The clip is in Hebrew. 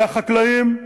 זה החקלאים,